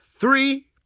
three